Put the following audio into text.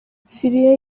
siriya